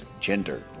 gender